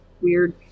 weird